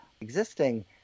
existing